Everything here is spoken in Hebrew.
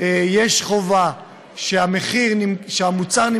דרור שטרום ליושב-ראש הוועדה המייעצת.